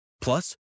Plus